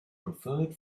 preferred